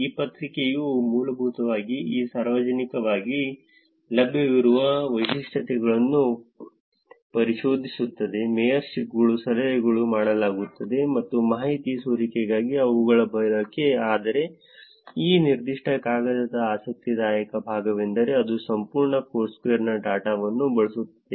ಈ ಪತ್ರಿಕೆಯು ಮೂಲಭೂತವಾಗಿ ಈ ಸಾರ್ವಜನಿಕವಾಗಿ ಲಭ್ಯವಿರುವ ವೈಶಿಷ್ಟ್ಯಗಳನ್ನು ಪರಿಶೋಧಿಸುತ್ತದೆ ಮೇಯರ್ಶಿಪ್ಗಳು ಸಲಹೆಗಳು ಮಾಡಲಾಗುತ್ತದೆ ಮತ್ತು ಮಾಹಿತಿ ಸೋರಿಕೆಗಾಗಿ ಅವುಗಳ ಬಳಕೆ ಆದರೆ ಈ ನಿರ್ದಿಷ್ಟ ಕಾಗದದ ಆಸಕ್ತಿದಾಯಕ ಭಾಗವೆಂದರೆ ಅದು ಸಂಪೂರ್ಣ ಫೋರ್ಸ್ಕ್ವೇರ್ನ ಡೇಟಾವನ್ನು ಬಳಸುತ್ತದೆ